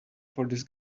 this